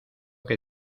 que